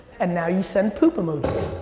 and now you send poop emojis.